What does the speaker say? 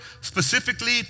specifically